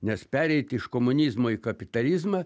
nes pereit iš komunizmo į kapitalizmą